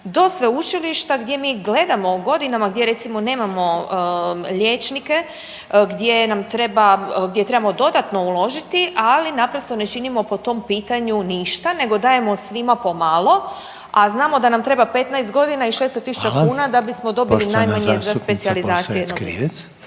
do sveučilišta gdje mi gledamo godinama gdje recimo nemamo liječnike, gdje nam treba, gdje trebamo dodatno uložiti ali naprosto ne činimo po tom pitanju ništa nego dajemo svima po malo, a znamo da nam treba 15 godina i 600.000 kuna …/Upadica: Hvala./… da bismo dobili najmanje za specijalizacije …/Govornici govore